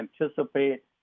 anticipate